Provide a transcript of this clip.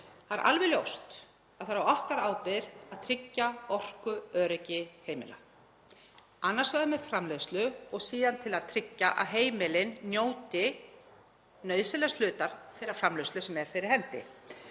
Það er alveg ljóst að það er á okkar ábyrgð að tryggja orkuöryggi heimila, annars vegar með framleiðslu og síðan til að tryggja að heimilin njóti nauðsynlegs hlutar þeirrar framleiðslu sem er fyrir hendi.